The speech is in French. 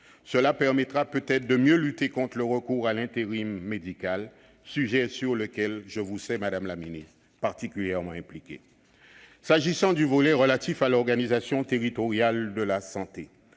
permettra peut-être de mieux lutter contre le recours à l'intérim médical, sujet sur lequel je vous sais, madame la ministre, particulièrement impliquée. S'agissant du volet relatif à l'organisation territoriale de la santé,